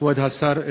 כבוד השר ארדן,